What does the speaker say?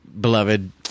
beloved